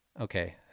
Okay